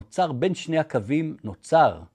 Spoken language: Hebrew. נוצר בין שני הקווים, נוצר.